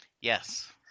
Yes